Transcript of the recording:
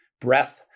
Breath